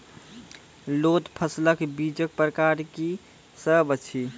लोत फसलक बीजक प्रकार की सब अछि?